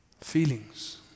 feelings